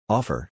Offer